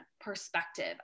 perspective